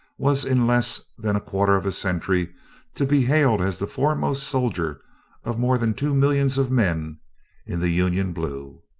was in less than a quarter of a century to be hailed as the foremost soldier of more than two millions of men in the union blue.